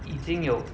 已经有